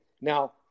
now